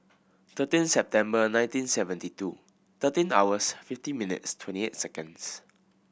thirteen September nineteen seventy two thirteen hours fifty minutes twenty eight seconds